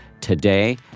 today